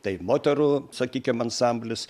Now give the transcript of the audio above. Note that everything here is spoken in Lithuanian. tai moterų sakykim ansamblis